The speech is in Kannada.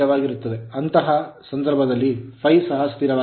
ಅಂತಹ ಸಂದರ್ಭದಲ್ಲಿ ∅ ಸಹ ಸ್ಥಿರವಾಗಿದೆ